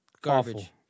Garbage